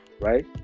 right